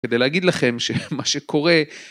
כדי להגיד לכם שמה שקורה...